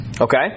Okay